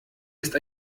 ist